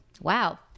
wow